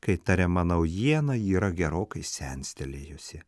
kai tariama naujiena yra gerokai senstelėjusi